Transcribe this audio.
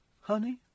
honey